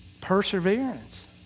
Perseverance